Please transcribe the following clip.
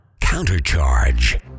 Countercharge